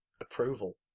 approval